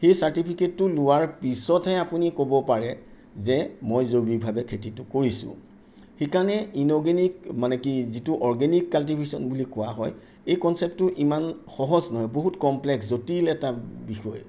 সেই চাৰ্টিফিকেটটো লোৱাৰ পিছতহে আপুনি ক'ব পাৰে যে মই জৈৱিকভাৱে খেতিটো কৰিছোঁ সেইকাৰণে ইনঅৰ্গেনিক মানে কি যিটো অৰ্গেনিক কাল্টিভেশ্যন বুলি কোৱা হয় এই কনচেপ্টটো ইমান সহজ নহয় বহুত কমপ্লেক্স জটিল এটা বিষয়